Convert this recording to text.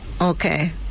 Okay